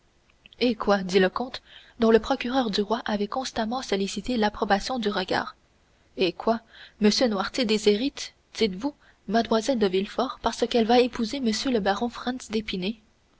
eh quoi dit le comte dont le procureur du roi avait constamment sollicité l'approbation du regard eh quoi m noirtier déshérite dites-vous mlle valentine parce qu'elle va épouser m le baron franz d'épinay